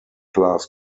class